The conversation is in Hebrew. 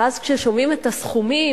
ואז כששומעים את הסכומים,